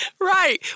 Right